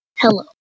Hello